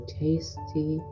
tasty